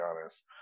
honest